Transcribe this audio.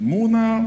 Muna